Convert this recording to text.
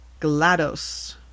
GLaDOS